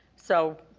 so,